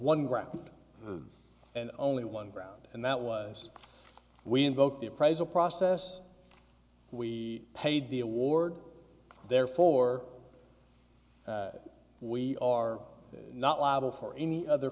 one ground and only one ground and that was we invoked the appraisal process we paid the award therefore we are not liable for any other